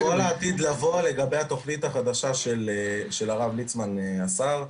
כל העתיד לבוא לגבי התכנית החדשה של הרב ליצמן השר,